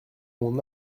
mon